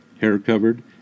hair-covered